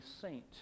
saint